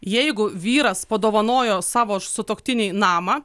jeigu vyras padovanojo savo sutuoktinei namą